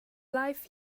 life